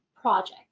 project